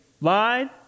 lied